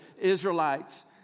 Israelites